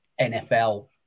NFL